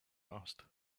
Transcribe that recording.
asked